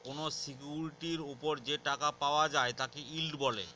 কোনো সিকিউরিটির ওপর যে টাকা পাওয়া যায় তাকে ইল্ড বলে